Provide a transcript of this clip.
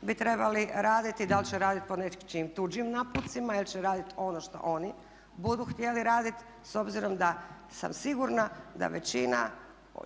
bi trebali raditi, da li će raditi po nečijim tuđim naputcima ili će raditi ono što oni budu htjeli raditi, s obzirom da sam sigurna da većina